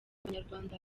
banyarwanda